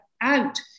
out